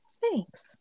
Thanks